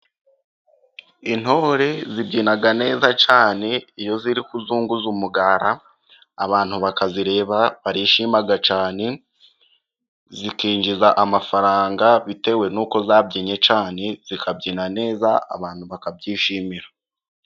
Intore zibyina neza cyane， iyo ziri kuzunguza umugara， abantu bakazireba barishima cyane，zikinjiza amafaranga bitewe n'uko zabyinnye cyane zikabyina neza，abantu bakabyishimira.